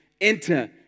Enter